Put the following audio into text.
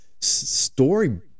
story